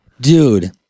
Dude